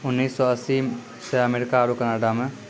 उन्नीस सौ अस्सी से अमेरिका आरु कनाडा मे